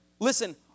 Listen